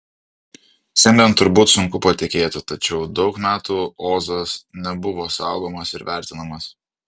šiandien turbūt sunku patikėti tačiau daug metų ozas nebuvo saugomas ir vertinamas